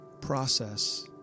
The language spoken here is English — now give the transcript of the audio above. process